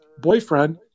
boyfriend